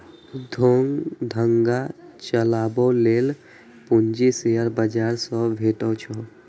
उद्योग धंधा चलाबै लेल पूंजी शेयर बाजार सं भेटै छै